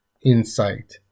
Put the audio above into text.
insight